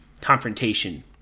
confrontation